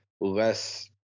less